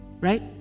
Right